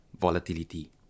volatility